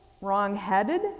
wrong-headed